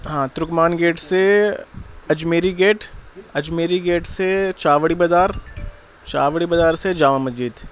ہاں ترکمان گیٹ سے Ajmeri gate Ajmeri gate سے چاوڑی بازار چاوڑی بازار سے جامع مسجد